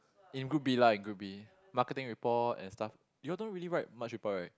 in group B lah in group B marketing report and stuff you all don't really write much report right